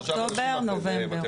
אוקטובר ונובמבר.